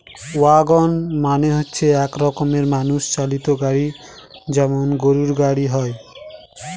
wagon মানে হচ্ছে এক রকমের মানুষ চালিত গাড়ি যেমন গরুর গাড়ি হয়